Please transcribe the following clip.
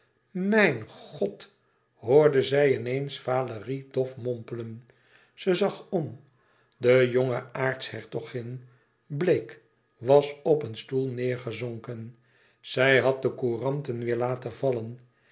mijn god hoorde zij in eens valérie dof mompelen ze zag om de jonge aartshertogin bleek was op een stoel neêrgezonken zij had de couranten weêr laten vallen